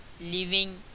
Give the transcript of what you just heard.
living